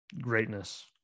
greatness